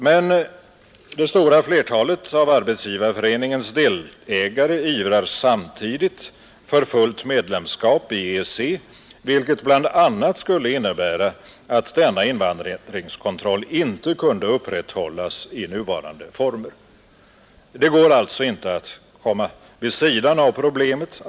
Men det stora flertalet av Arbetsgivareföreningens delägare ivrar samtidigt för fullt medlemskap i EEC, vilket bl.a. skulle innebära att denna invandringskontroll inte kunde upprätthållas i nuvarande former. Det går alltså inte att komma vid sidan av problemet.